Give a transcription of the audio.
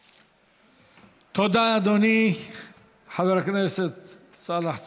תודה, אדוני חבר הכנסת סאלח סעד.